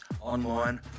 online